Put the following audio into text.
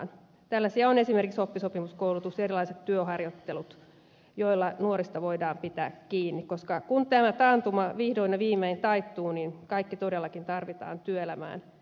tällaisia ovat esimerkiksi oppisopimuskoulutus ja erilaiset työharjoittelut joilla nuorista voidaan pitää kiinni koska kun tämä taantuma vihdoin ja viimein taittuu niin kaikki todellakin tarvitaan työelämään